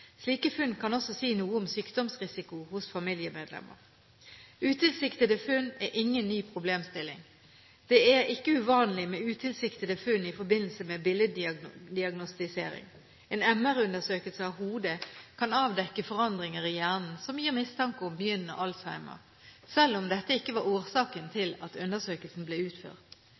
Slike funn kan også si noe om sykdomsrisiko hos familiemedlemmer. Utilsiktede funn er ingen ny problemstilling. Det er ikke uvanlig med utilsiktede funn i forbindelse med billeddiagnostisering. En MR-undersøkelse av hodet kan avdekke forandringer i hjernen som gir mistanke om begynnende alzheimer, selv om dette ikke var årsaken til at undersøkelsen ble utført.